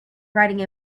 riding